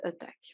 attack